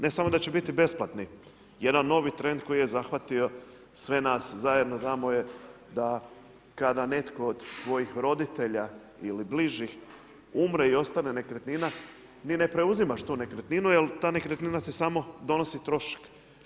Ne samo da će biti besplatni, jedan novi trend koji je zahvatio sve nas zajedno znamo da kada netko od svojih roditelja ili bližih umre i ostane nekretnina ni ne preuzimaš tu nekretninu, jer ta nekretnina ti samo donosi trošak.